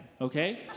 Okay